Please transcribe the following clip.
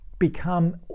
become